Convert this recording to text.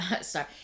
Sorry